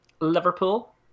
Liverpool